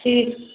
ठीक